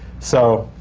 so,